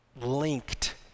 linked